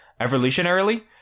evolutionarily